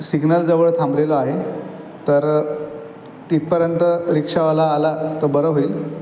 सिग्नलजवळ थांबलेलो आहे तर तिथपर्यंत रिक्षावाला आला तर बरं होईल